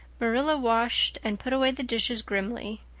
marilla washed and put away the dishes grimly.